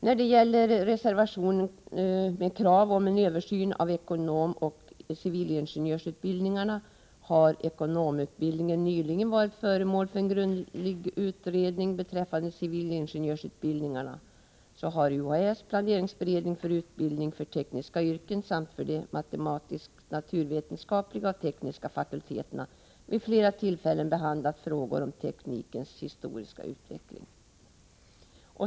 När det gäller reservationen med krav om en översyn av ekonomoch civilingenjörsutbildningarna kan jag nämna att ekonomutbildningen nyligen har varit föremål för en grundlig utredning. Beträffande civilingenjörsutbildningarna har UHÄ:s planeringsberedning för utbildning för tekniska yrken samt för de matematisk-naturvetenskapliga och tekniska fakulteterna vid flera tillfällen behandlat frågor om teknikens historiska utveckling.